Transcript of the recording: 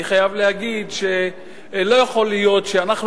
אני חייב להגיד שלא יכול להיות שאנחנו